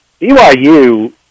BYU